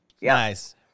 Nice